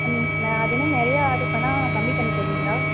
ம் அப்படின்னா நிறையா ஆர்ட்ரு பண்ணா கம்மி பண்ணி தருவீங்களா